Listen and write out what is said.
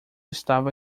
estava